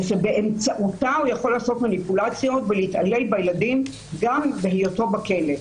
ושבאמצעותה הוא יכול לעשות מניפולציות ולהתעלל בילדים גם בהיותו בכלא.